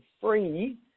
free